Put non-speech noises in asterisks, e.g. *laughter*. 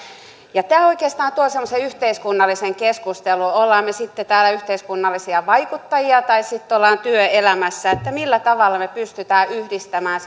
tämä oikeastaan tuo semmoisen yhteiskunnallisen keskustelun olemme me sitten täällä yhteiskunnallisia vaikuttajia tai työelämässä millä tavalla me pystymme yhdistämään *unintelligible*